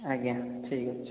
ଆଜ୍ଞା ଠିକ୍ ଅଛି